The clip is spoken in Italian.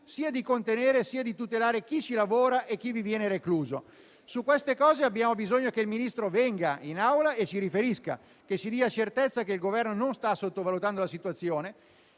sia per contenere, sia per tutelare chi vi lavora e chi vi viene recluso. Su questo abbiamo bisogno che il Ministro venga in Aula a riferire, dandoci certezza sul fatto che il Governo non sta sottovalutando la situazione,